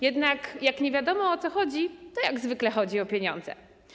Jednak jak nie wiadomo, o co chodzi, to jak zwykle chodzi o pieniądze.